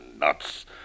nuts